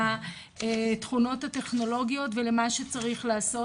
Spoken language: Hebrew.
לתכונות הטכנולוגיות ולמה שצריך לעשות,